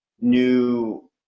new